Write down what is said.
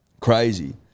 Crazy